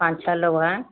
पाँच छः लोग हैं